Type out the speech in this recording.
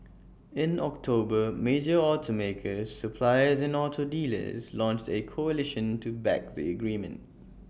in October major automakers suppliers and auto dealers launched A coalition to back the agreement